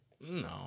No